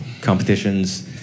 competitions